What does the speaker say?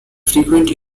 frequent